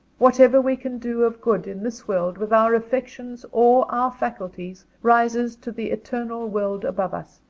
whatever we can do of good, in this world, with our affections or our faculties, rises to the eternal world above us,